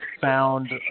found